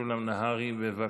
משולם נהרי, בבקשה.